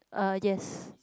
uh yes